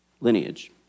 lineage